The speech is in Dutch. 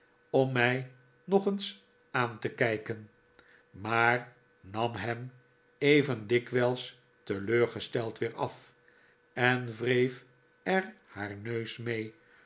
om mij nog eens aan te kijken maar nam hem even dikwijls teleurgesteld weer af en wreef er haar neus mee